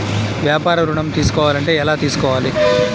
వ్యాపార ఋణం తీసుకోవాలంటే ఎలా తీసుకోవాలా?